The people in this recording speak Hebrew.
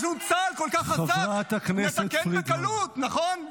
יש לנו צה"ל כל כך חזק, נתקן בקלות, נכון?